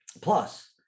Plus